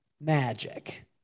Magic